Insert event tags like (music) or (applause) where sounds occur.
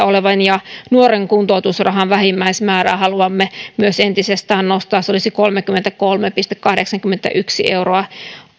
(unintelligible) olevan ja nuoren kuntoutusrahan vähimmäismäärää haluamme entisestään nostaa se olisi kolmekymmentäkolme pilkku kahdeksankymmentäyksi euroa